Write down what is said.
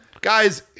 Guys